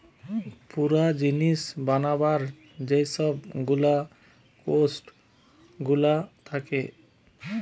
পুরা জিনিস বানাবার যে সব গুলা কোস্ট গুলা থাকে